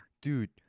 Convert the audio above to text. dude